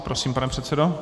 Prosím, pane předsedo.